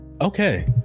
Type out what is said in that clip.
Okay